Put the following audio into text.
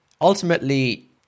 ultimately